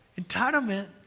Entitlement